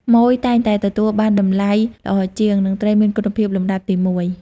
ម៉ូយ តែងតែទទួលបានតម្លៃល្អជាង និងត្រីមានគុណភាពលំដាប់ទីមួយ។